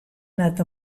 anat